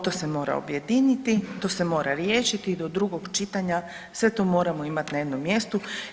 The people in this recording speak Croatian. To se mora objediniti, to se mora riješiti i do drugog čitanja sve to moramo imati na jednom mjestu.